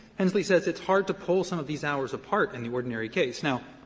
hensley says it's hard to pull some of these hours apart in the ordinary case. now,